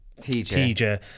TJ